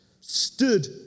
stood